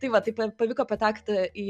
tai va taip ir pavyko patekti į